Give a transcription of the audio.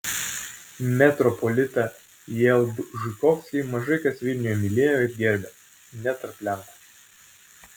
metropolitą jalbžykovskį mažai kas vilniuje mylėjo ir gerbė net tarp lenkų